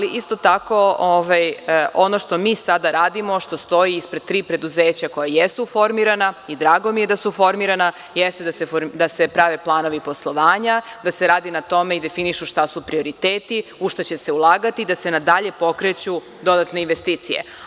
Isto tako ono što mi sada radimo, što stoji ispred tri preduzeća koja jesu formirana i drago mi je da su formirana, jeste da se prave planove poslovanja, da se radi na tome i definiše šta su prioriteti, u šta će se ulagati, da se nadalje pokreću dodatne investicije.